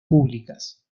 públicas